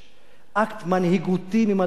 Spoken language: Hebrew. אקט מנהיגותי ממדרגה ראשונה.